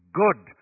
good